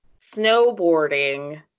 snowboarding